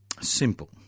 Simple